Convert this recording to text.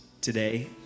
today